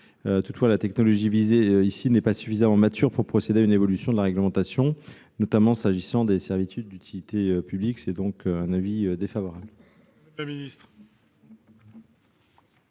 Toutefois, la technologie visée n'est pas suffisamment mature pour procéder à une évolution de la réglementation, notamment s'agissant des servitudes d'utilité publique. L'avis est donc défavorable.